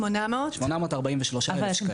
843 אלף שקלים.